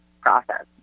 process